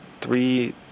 three